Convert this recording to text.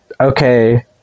okay